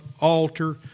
altar